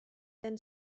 then